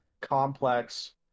complex